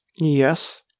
Yes